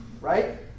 right